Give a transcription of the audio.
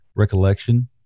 Recollection